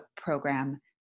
Program